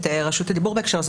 את רשות הדיבור בהקשר הזה.